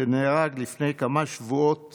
שנהרג לפני כמה שבועות